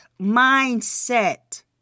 mindset